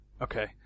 Okay